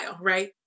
right